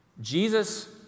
Jesus